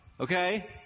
Okay